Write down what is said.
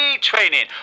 training